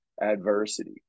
adversity